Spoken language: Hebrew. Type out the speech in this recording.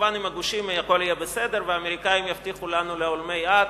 שכמובן עם הגושים הכול יהיה בסדר והאמריקנים יבטיחו לנו לעולמי עד,